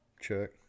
Check